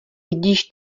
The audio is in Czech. vidíš